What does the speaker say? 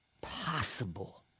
possible